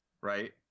right